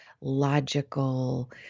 logical